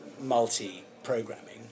multi-programming